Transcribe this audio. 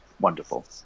wonderful